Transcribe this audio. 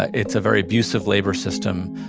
ah it's a very abusive labor system,